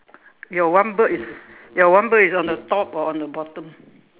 your one bird is your one bird is on the top or on the bottom